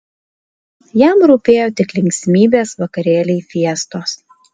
jam rūpėjo tik linksmybės vakarėliai fiestos